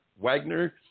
wagner